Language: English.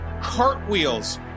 cartwheels